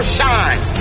shine